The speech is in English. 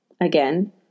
Again